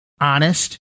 honest